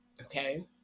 okay